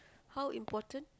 how important